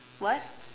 what